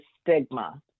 stigma